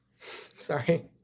Sorry